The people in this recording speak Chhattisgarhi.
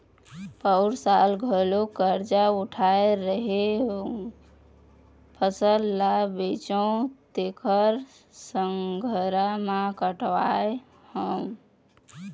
पउर साल घलोक करजा उठाय रेहेंव, फसल ल बेचेंव तेखरे संघरा म कटवाय हँव